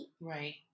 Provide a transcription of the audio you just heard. Right